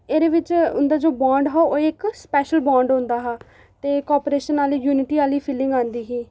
एह्दे बिच उं'दा जो बांड हा ओह् इक स्पैशल बांड होंदा हा ते कॉपरेशन आह्ली युनिटी आह्ली फीलिंग औंदी ही